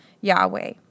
Yahweh